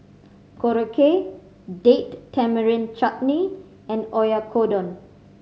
Korokke Date Tamarind Chutney and Oyakodon